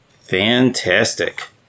Fantastic